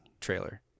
trailer